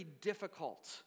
difficult